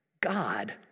God